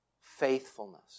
faithfulness